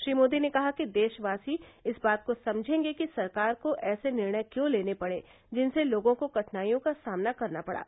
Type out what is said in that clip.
श्री मोदी ने कहा कि देशवासी इस बात को समझेंगे कि सरकार को ऐसे निर्णय क्यों लेने पड़े जिनसे लोगों को कठिनाइयों का सामना करना पड़ा